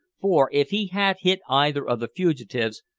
for, if he had hit either of the fugitives,